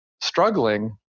struggling